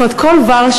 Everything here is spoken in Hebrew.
זאת אומרת כל ורשה,